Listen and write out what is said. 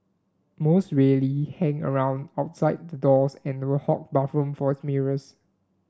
most really hang around outside the doors and will hog the bathrooms for mirrors